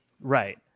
Right